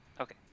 Okay